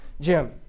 Jim